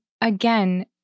again